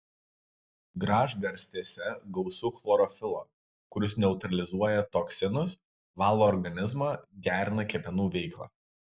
gražgarstėse gausu chlorofilo kuris neutralizuoja toksinus valo organizmą gerina kepenų veiklą